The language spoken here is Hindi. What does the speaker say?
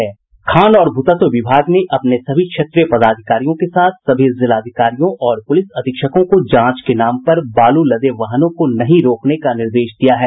खान और भू तत्व विभाग ने अपने सभी क्षेत्रीय पदाधिकारियों के साथ सभी जिलाधिकारियों और पुलिस अधीक्षकों को जांच के नाम पर बालू लदे वाहनों को नहीं रोकने का निर्देश दिया है